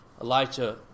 Elijah